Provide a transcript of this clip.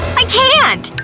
i can't!